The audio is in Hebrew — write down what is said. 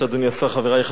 חברי חברי הכנסת,